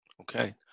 Okay